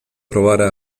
provare